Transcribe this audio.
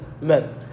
men